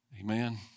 Amen